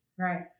Right